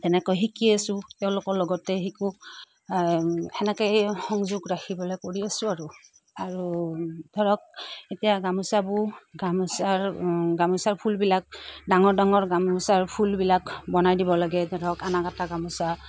তেনেকৈ শিকি আছো তেওঁলোকৰ লগতে শিকোঁ সেনেকৈয়ে সংযোগ ৰাখিবলৈ কৰি আছো আৰু আৰু ধৰক এতিয়া গামোচাবোৰ গামোচাৰ গামোচাৰ ফুলবিলাক ডাঙৰ ডাঙৰ গামোচাৰ ফুলবিলাক বনাই দিব লাগে এতিয়া ধৰক আনা কাটা গামোচা